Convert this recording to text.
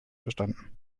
bestanden